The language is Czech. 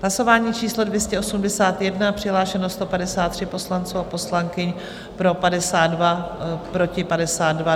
Hlasování číslo 281, přihlášeno 153 poslanců a poslankyň, pro 52, proti 52.